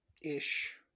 ish